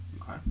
Okay